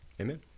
Amen